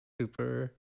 super